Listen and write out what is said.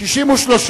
שנתקבלה, נתקבל.